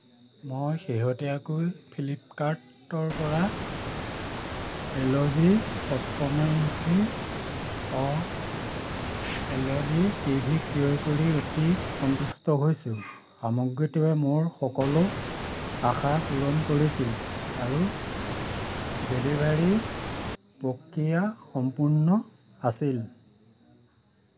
মই শেহতীয়াকৈ ফিলিপকাৰ্টৰপৰা এল জি পঁচপন্ন inch O L E D T V ক্ৰয় কৰি অতি সন্তুষ্ট হৈছোঁ সামগ্ৰীটোৱে মোৰ সকলো আশা পূৰণ কৰিছিল আৰু ডেলিভাৰী প্ৰক্ৰিয়া সম্পূৰ্ণ আছিল